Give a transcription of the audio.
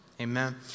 Amen